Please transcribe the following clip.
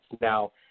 Now